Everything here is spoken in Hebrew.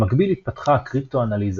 במקביל התפתחה הקריפטואנליזה.